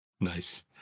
Nice